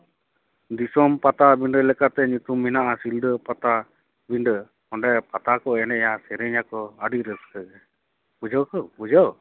ᱫᱤᱥᱚᱢ ᱯᱟᱴᱟᱵᱤᱸᱫᱟᱹ ᱞᱮᱠᱟᱛᱮ ᱧᱩᱛᱩᱢ ᱢᱮᱱᱟᱜᱼᱟ ᱥᱤᱞᱫᱟᱹ ᱯᱟᱴᱟᱵᱤᱸᱰᱟᱹ ᱚᱸᱰᱮ ᱯᱟᱛᱟ ᱠᱚ ᱮᱱᱮᱡ ᱟᱠᱚ ᱥᱮᱨᱮᱧᱟᱠᱚ ᱟᱹᱰᱤ ᱨᱟᱹᱥᱠᱟᱹ ᱜᱮ ᱵᱩᱡᱷᱟᱹᱣ ᱛᱚ ᱵᱩᱡᱷᱟᱹᱣ